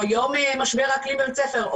או יום משבר האקלים בבית ספר,